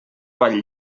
vall